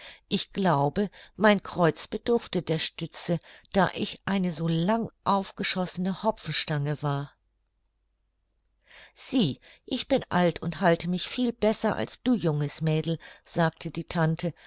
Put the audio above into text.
ich glaube mein kreuz bedurfte der stütze da ich eine so lang aufgeschossene hopfenstange war sieh ich bin alt und halte mich viel besser als du junges mädel sagte die tante